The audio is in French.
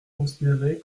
considérer